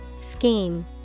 Scheme